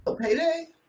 Payday